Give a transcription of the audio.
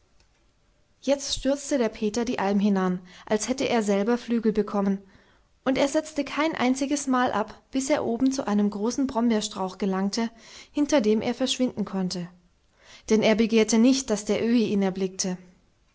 jetzt stürzte der peter die alm hinan als hätte er selber flügel bekommen und er setzte kein einziges mal ab bis er oben zu einem großen brombeerstrauch gelangte hinter dem er verschwinden konnte denn er begehrte nicht daß der öhi ihn erblickte